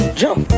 jump